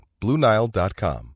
BlueNile.com